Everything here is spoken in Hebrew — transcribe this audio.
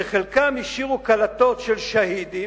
שחלקם השאירו קלטות של שהידים,